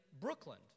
Brooklyn